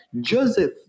Joseph